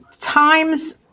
times